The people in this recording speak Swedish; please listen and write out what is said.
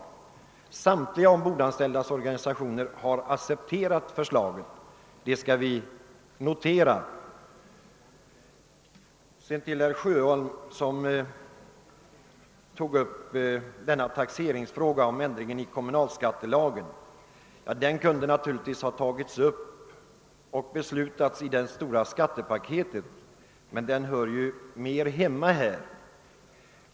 Vi bör notera att de ombordanställdas samtliga organisationer har accepterat förslaget, Herr Sjöholm efterlyste den föreslagna ändringen i 48 8 kommunalskattelagen. Den saken kunde naturligtvis ha beslutats i samband med behandlingen av det stora skattepaketet, men den hör ju mer hemma här.